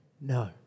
no